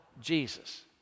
Jesus